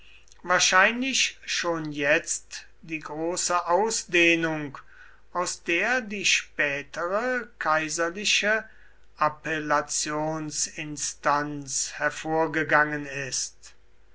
wahrscheinlich schon jetzt die große ausdehnung aus der die spätere kaiserliche appellationsinstanz hervorgegangen ist